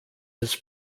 his